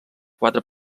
quatre